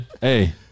Hey